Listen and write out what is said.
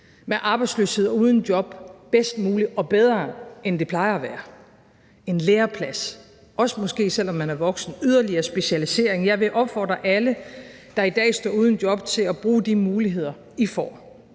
med arbejdsløshed og uden job bedst muligt og bedre, end det plejer at være - ved f.eks. en læreplads, også selv om man måske er voksen; eller ved yderligere specialisering. Jeg vil opfordre alle, der i dag står uden job, til at bruge de muligheder, I får.